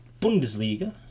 Bundesliga